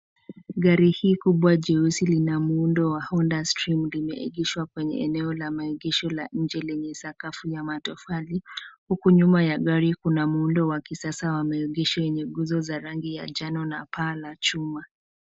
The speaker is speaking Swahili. Gari hii kubwa jeusi lina muundo wa Honda Stream, limeegeshwa kwenye eneo la maegesho la nje lenye sakafu ya matofali, huku nyuma ya gari kuna muundo wa kisasa wa maegesho yenye nguzo za rangi ya njano na paa la chuma.